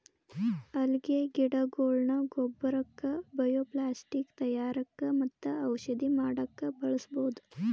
ಅಲ್ಗೆ ಗಿಡಗೊಳ್ನ ಗೊಬ್ಬರಕ್ಕ್ ಬಯೊಪ್ಲಾಸ್ಟಿಕ್ ತಯಾರಕ್ಕ್ ಮತ್ತ್ ಔಷಧಿ ಮಾಡಕ್ಕ್ ಬಳಸ್ಬಹುದ್